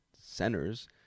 centers